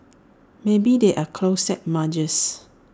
maybe they are closet muggers